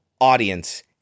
audience